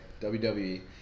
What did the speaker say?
WWE